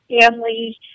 family